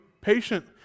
patient